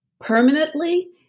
permanently